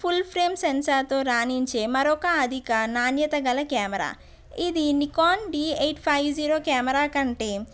full frame sensor తో రాణించే మరొక అధిక నాణ్యత గల కెమెరా ఇది Nikon D eight five zero camera కంటే